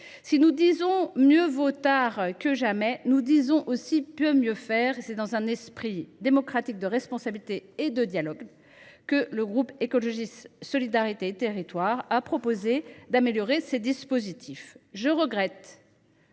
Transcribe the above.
Si nous disons « mieux vaut tard que jamais », nous prenons soin d’ajouter « peut mieux faire ». C’est dans un esprit démocratique de responsabilité et de dialogue que les membres du groupe Écologiste – Solidarité et Territoires ont proposé d’améliorer ces dispositifs. Je regrette